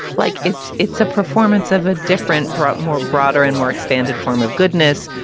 like it's it's a performance of a different brought, more broader and more expanded form of goodness.